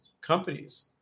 companies